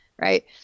Right